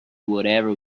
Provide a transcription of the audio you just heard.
whatever